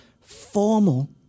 formal